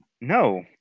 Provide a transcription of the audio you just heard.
No